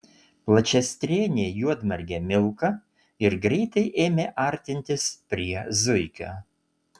plačiastrėnė juodmargė milka ir greitai ėmė artintis prie zuikio